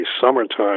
summertime